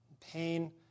pain